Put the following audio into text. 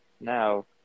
now